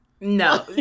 No